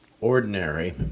ordinary